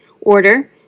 order